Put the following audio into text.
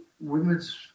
Women's